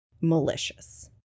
malicious